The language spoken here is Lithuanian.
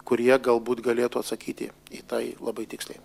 kurie galbūt galėtų atsakyti į tai labai tiksliai